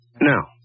Now